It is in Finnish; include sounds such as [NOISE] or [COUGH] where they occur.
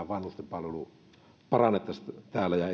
[UNINTELLIGIBLE] vanhustenpalvelua parantaisimme täällä ja [UNINTELLIGIBLE]